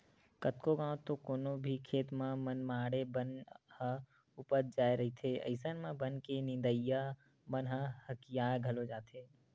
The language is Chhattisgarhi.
कतको घांव तो कोनो भी खेत म मनमाड़े बन ह उपज जाय रहिथे अइसन म बन के नींदइया मन ह हकिया घलो जाथे